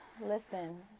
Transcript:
Listen